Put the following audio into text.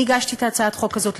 אני הגשתי את הצעת החוק הזאת.